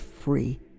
free